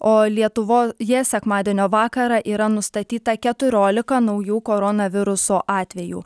o lietuvoje sekmadienio vakarą yra nustatyta keturiolika naujų koronaviruso atvejų